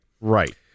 Right